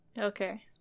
Okay